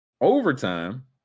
overtime